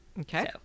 Okay